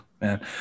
man